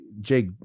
jake